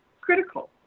critical